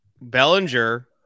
Bellinger